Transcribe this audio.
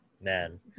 man